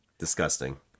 disgusting